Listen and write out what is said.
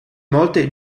molte